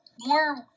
more